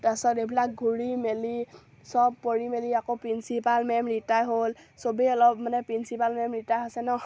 তাৰপাছত এইবিলাক ঘূৰি মেলি সব পৰি মেলি আকৌ প্ৰিঞ্চিপাল মেম ৰিটায়াৰ হ'ল সবেই অলপ মানে প্ৰিঞ্চিপাল মেম ৰিটায়াৰ হৈছে ন